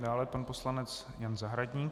Dále pan poslanec Jan Zahradník.